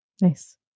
nice